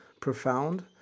profound